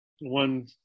one